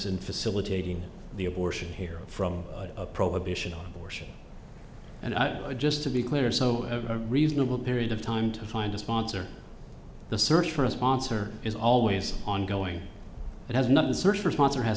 in facilitating the abortion here from a prohibition on abortion and i would just to be clear so a reasonable period of time to find a sponsor the search for a sponsor is always ongoing and has not the search for a sponsor has